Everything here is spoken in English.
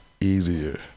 easier